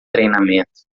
treinamento